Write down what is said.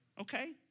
okay